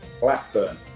Blackburn